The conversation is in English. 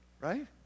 Right